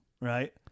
right